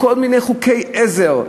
בכל מיני חוקי עזר,